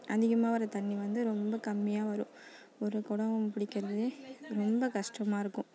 அதிகமாக வர்ற தண்ணி வந்து ரொம்ப கம்மியாக வரும் ஒரு குடம் பிடிக்கிறதே ரொம்ப கஷ்டமாக இருக்கும்